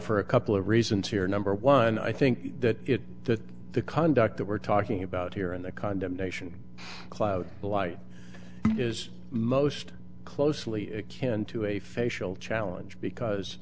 for a couple of reasons here number one i think that that the conduct that we're talking about here and the condemnation cloud blight is most closely akin to a facial challenge because